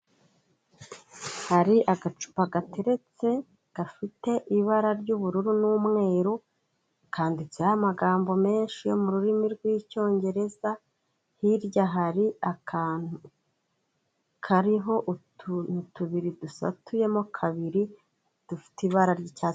Hari agacupa gateretse gafite ibara ry'ubururu n'umweru kanditseho amagambo menshi yo mu rurimi rw'icyongereza, hirya hari akantu kariho utuntu tubiri dusatuyemo kabiri dufite ibara ry’icyatsi.